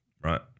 right